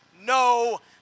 no